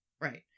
Right